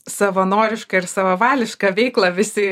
savanorišką ir savavališką veiklą visi